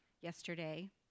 yesterday